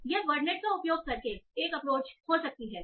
तो यह वर्ड़नेट का उपयोग करके एक अप्रोच हो सकती है